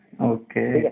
Okay